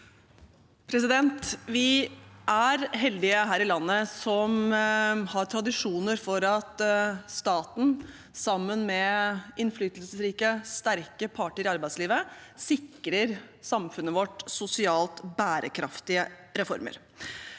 Vi er heldi- ge her i landet som har tradisjoner for at staten sammen med innflytelsesrike sterke parter i arbeidslivet sikrer samfunnet vårt sosialt bærekraftige reformer.